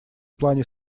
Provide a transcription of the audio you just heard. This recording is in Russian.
плане